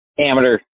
amateur